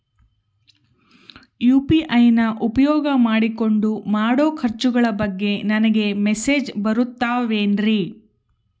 UPI ನ ಉಪಯೋಗ ಮಾಡಿಕೊಂಡು ಮಾಡೋ ಖರ್ಚುಗಳ ಬಗ್ಗೆ ನನಗೆ ಮೆಸೇಜ್ ಬರುತ್ತಾವೇನ್ರಿ?